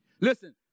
Listen